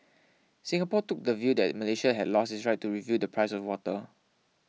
Singapore took the view that Malaysia had lost its right to review the price of water